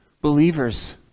believers